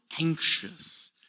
anxious